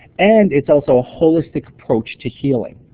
and it's also a holistic approach to healing.